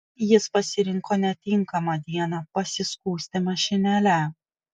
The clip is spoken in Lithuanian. jis pasirinko netinkamą dieną pasiskųsti mašinėle